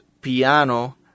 piano